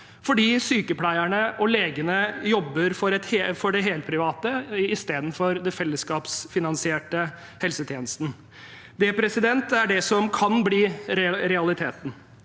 fordi sykepleierne og legene jobber for det helprivate istedenfor den fellesskapsfinansierte helsetjenesten. Det er det som kan bli realiteten.